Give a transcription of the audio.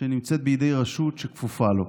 שנמצאת בידי רשות שכפופה לו.